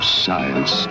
science